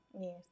Yes